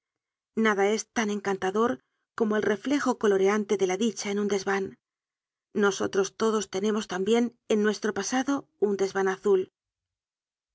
nada es tan encantador como el reflejo coloreante de la dicha en un desvan nosotros todos tenemos tambien en nuestro pasado un desvan azul